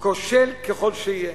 כושל ככל שיהיה,